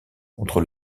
contre